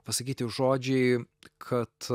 pasakyti žodžiai kad